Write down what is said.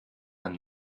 man